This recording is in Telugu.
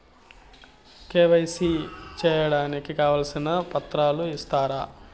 కె.వై.సి సేయడానికి కావాల్సిన పత్రాలు ఇస్తారా?